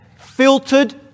filtered